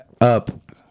up